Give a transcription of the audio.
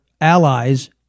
allies